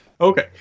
Okay